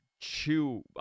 chew